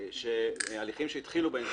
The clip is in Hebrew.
הליכים שהתחילו בהם